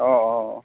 অঁ অঁ অঁ